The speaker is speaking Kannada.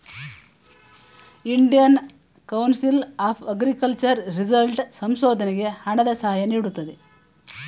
Indian Council of Agriculture result ಸಂಶೋಧನೆಗೆ ಹಣದ ಸಹಾಯ ನೀಡುತ್ತದೆ